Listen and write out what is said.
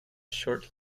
short